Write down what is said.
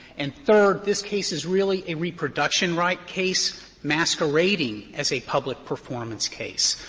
and third, this case is really a reproduction right case masquerading as a public performance case.